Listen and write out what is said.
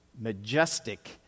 majestic